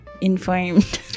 informed